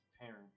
parent